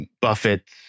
Buffett